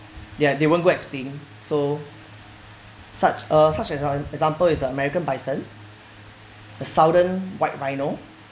they are they won't go extinct so such uh such as an example is the american bison the southern white rhino